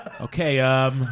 Okay